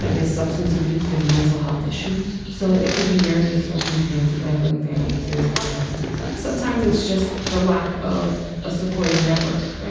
substance abuse, his mental health issues. so there could be various circumstances that bring families into homelessness. sometimes it's just the lack of a supportive network. right,